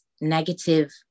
negative